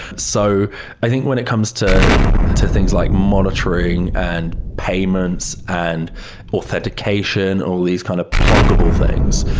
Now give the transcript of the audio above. so i think when it comes to to things like monitoring, and payments, and authentication or all these kind of pluggable things,